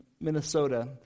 Minnesota